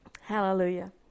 Hallelujah